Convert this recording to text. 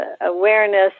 awareness